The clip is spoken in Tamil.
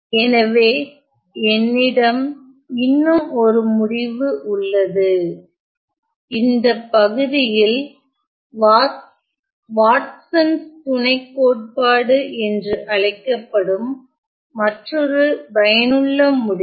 எனவே என்னிடம் இன்னும் 1 முடிவு உள்ளது இந்த பகுதியில் வாட்சன்ஸ் துணைக்கோட்பாடு Whatson's lemma என்று அழைக்கப்படும் மற்றொரு பயனுள்ள முடிவு